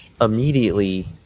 immediately